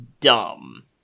dumb